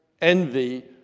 envy